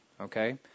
Okay